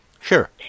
Sure